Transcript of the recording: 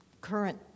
current